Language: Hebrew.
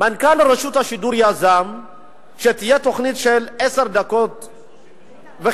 מנכ"ל רשות השידור יזם שתהיה תוכנית של עשר דקות בערוץ-33.